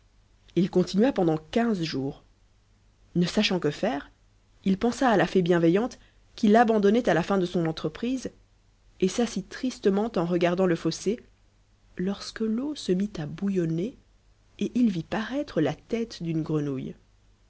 il continua pendant quinze jours ne sachant que faire il pensa à la fée bienfaisante qui l'abandonnait à la fin de son entreprise et s'assit tristement en regardant le fossé lorsque l'eau se mit à bouillonner et il vît paraître la tête d'une grenouille